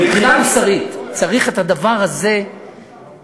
מבחינה מוסרית, צריך את הדבר הזה לשנות.